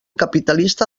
capitalista